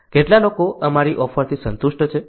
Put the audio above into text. કેટલા લોકો અમારી ઓફરથી સંતુષ્ટ છે